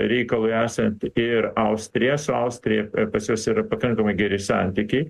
reikalui esant ir austriją su austrija pas juos yra pakankamai geri santykiai